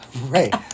Right